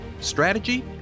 strategy